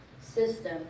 system